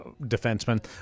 defenseman